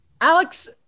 Alex